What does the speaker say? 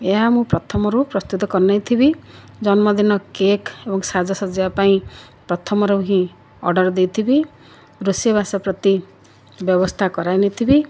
ଏହା ମୁଁ ପ୍ରଥମରୁ ପ୍ରସ୍ତୁତ କରି ନେଇଥିବି ଜନ୍ମଦିନ କେକ୍ ଏବଂ ସାଜ ସଜ୍ଜା ପାଇଁ ପ୍ରଥମରୁ ହିଁ ଅର୍ଡ଼ର ଦେଇଥିବି ରୋଷେଇ ବାସ ପ୍ରତି ବ୍ୟବସ୍ଥା କରାଇ ନେଇଥିବି